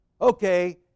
Okay